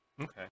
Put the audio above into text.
Okay